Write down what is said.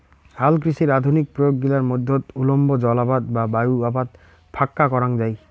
হালকৃষির আধুনিক প্রয়োগ গিলার মধ্যত উল্লম্ব জলআবাদ বা বায়ু আবাদ ভাক্কা করাঙ যাই